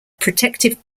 protective